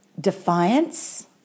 defiance